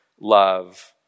love